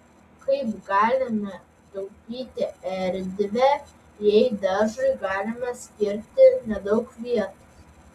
kaip galima taupyti erdvę jei daržui galime skirti nedaug vietos